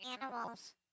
animals